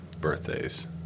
birthdays